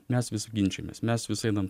nes vis ginčijamės mes vis einam